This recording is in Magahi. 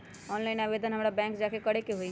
ऑनलाइन आवेदन हमरा बैंक जाके करे के होई?